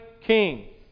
king